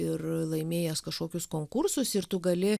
ir laimėjęs kažkokius konkursus ir tu gali